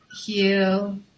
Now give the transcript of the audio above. heal